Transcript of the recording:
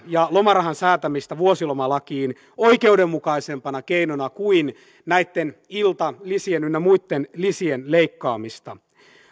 ja lomarahan säätämistä vuosilomalakiin oikeudenmukaisempana keinona kuin näitten iltalisien ynnä muitten lisien leikkaamista